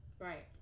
Right